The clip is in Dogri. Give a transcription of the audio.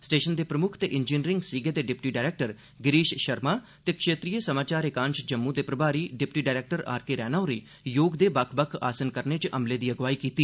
स्टेशन दे प्रमुक्ख ते इंजीनियरिंग सीगे दे डिप्टी डरैक्टर गिरीश शर्मा ते क्षेत्रीय समाचार एकांश जम्मू दे प्रभारी deputy director R K Raina होरें योग दे बक्ख बक्ख आसन करने च अमले दी अगुवाई कीती